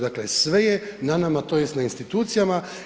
Dakle, sve je na nama tj. na institucijama.